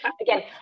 Again